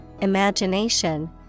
imagination